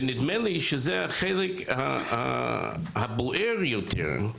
נדמה לי שזה החלק הבוער יותר.